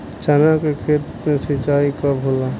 चना के खेत मे सिंचाई कब होला?